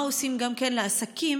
מה עושים למען העסקים,